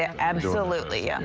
ah absolutely. yeah